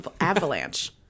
avalanche